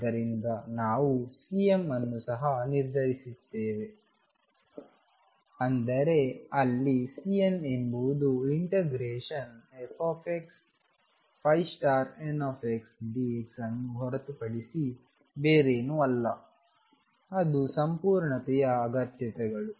ಆದ್ದರಿಂದ ನಾವು Cmಅನ್ನು ಸಹ ನಿರ್ಧರಿಸಿದ್ದೇವೆ ಅಂದರೆ ಅಲ್ಲಿ Cn ಎಂಬುದು fxndx ಅನ್ನು ಹೊರತುಪಡಿಸಿ ಬೇರೇನು ಅಲ್ಲ ಅದು ಸಂಪೂರ್ಣತೆಯ ಅಗತ್ಯಗಳು